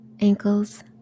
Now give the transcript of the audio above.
ankles